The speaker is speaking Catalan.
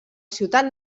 ciutat